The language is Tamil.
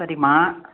சரிம்மா